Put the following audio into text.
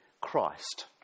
Christ